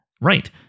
Right